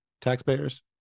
taxpayers